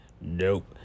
Nope